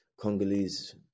Congolese